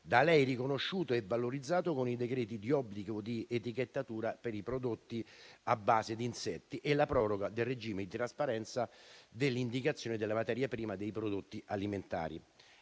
da lei riconosciuto e valorizzato con i decreti di obbligo di etichettatura per i prodotti a base di insetti e con la proroga del regime di trasparenza dell'indicazione della materia prima dei prodotti alimentari.